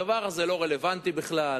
הדבר הזה לא רלווטי בכלל.